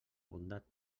bondat